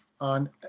on